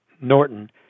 norton